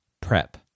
Prep